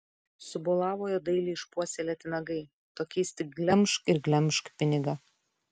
subolavo jo dailiai išpuoselėti nagai tokiais tik glemžk ir glemžk pinigą